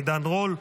עידן רול,